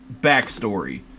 backstory